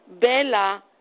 Bella